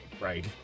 right